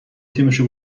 تیمشو